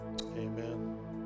amen